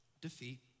defeat